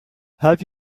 have